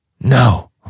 no